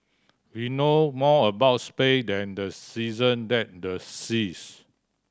we know more about space than the season and the seas